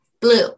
blue